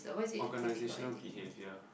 organisational behaviour